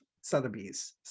sotheby's